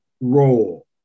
role